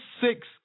six